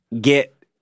get